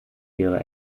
ihre